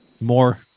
more